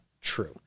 true